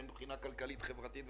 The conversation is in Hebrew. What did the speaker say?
כלכלית-חברתית,